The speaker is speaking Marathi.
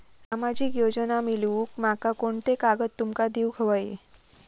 सामाजिक योजना मिलवूक माका कोनते कागद तुमका देऊक व्हये?